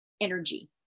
energy